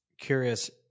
curious